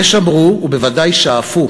יש שאמרו, ובוודאי שאפו,